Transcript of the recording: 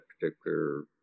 particular